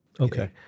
Okay